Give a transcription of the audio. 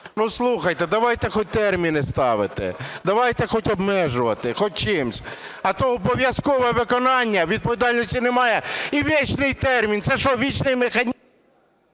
Слухайте, давайте хоч терміни ставити, давайте обмежувати хоч чимось, а то обов'язкове виконання, відповідальності немає і вічний термін. Це що, вічний механізм?